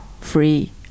free